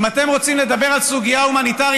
אם אתם רוצים לדבר על סוגיה הומניטרית